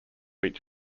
each